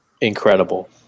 Incredible